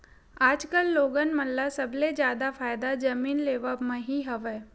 आजकल लोगन मन ल सबले जादा फायदा जमीन लेवब म ही हवय